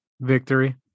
victory